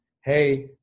Hey